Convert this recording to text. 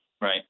right